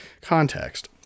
Context